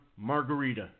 margarita